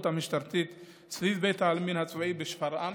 המשטרתית סביב בית העלמין הצבאי בשפרעם,